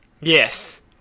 Yes